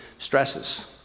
Stresses